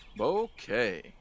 Okay